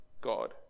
God